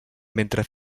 mentre